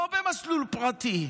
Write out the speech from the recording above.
ולא במסלול פרטי.